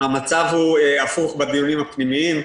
המצב הוא הפוך בדיונים הפנימיים שלנו.